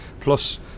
Plus